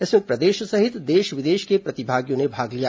इसमें प्रदेश सहित देश विदेश के प्रतिभागियों ने भाग लिया